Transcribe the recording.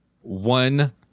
one